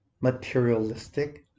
materialistic